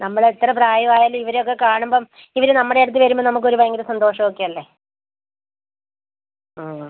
നമ്മൾ എത്ര പ്രായമായാലും ഇവരെയൊക്കെ കാണുമ്പം ഇവർ നമ്മുടെ അടുത്ത് വരുമ്പം നമ്മക്ക് ഒരു ഭയങ്കര സന്തോഷം ഒക്കെ അല്ലേ ആണ്